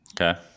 Okay